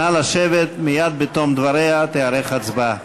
נא לשבת, מייד בתום דבריה תיערך הצבעה.